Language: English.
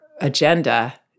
agenda